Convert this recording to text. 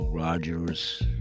Rogers